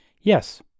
Yes